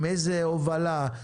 איזה הובלה,